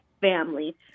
family